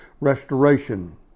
restoration